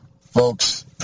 Folks